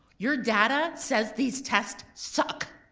your data says these tests suck!